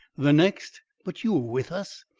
the next but you were with us.